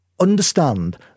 Understand